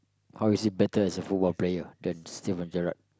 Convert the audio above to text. how is he better as a football player than Steven-Gerrard